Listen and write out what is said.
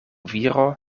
viro